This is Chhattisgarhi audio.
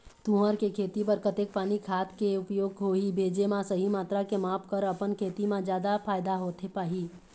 तुंहर के खेती बर कतेक पानी खाद के उपयोग होही भेजे मा सही मात्रा के माप कर अपन खेती मा जादा फायदा होथे पाही?